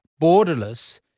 borderless